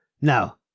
Now